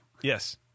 yes